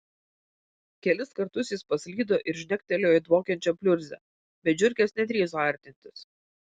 kelis kartus jis paslydo ir žnektelėjo į dvokiančią pliurzę bet žiurkės nedrįso artintis